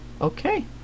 okay